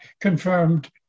confirmed